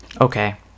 okay